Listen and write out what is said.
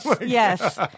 Yes